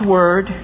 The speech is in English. Word